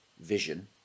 vision